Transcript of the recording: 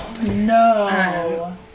no